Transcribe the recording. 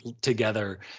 together